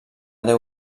deu